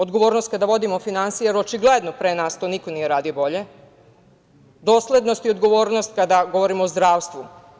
Odgovornost kada vodimo finansije, jer očigledno pre nas to niko nije radio bolje, doslednost i odgovornost kada radimo o zdravstvu.